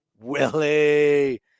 Willie